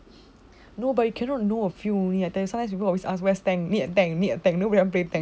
no but you cannot know a few only I tell you sometimes people always ask we need a tank need a tank nobody wants to play tank